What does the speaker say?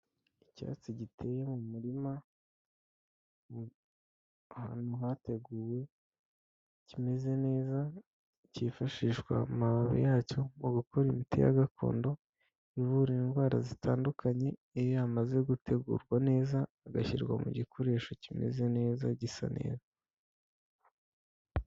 Icyatsi giteye mu murima, ahantu hateguwe kimeze neza, cyifashishwa amababi yacyo mu gukora imiti ya gakondo, ivura indwara zitandukanye iyo yamaze gutegurwa neza, igashyirwa mu gikoresho kimeze neza gisa neza.